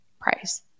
price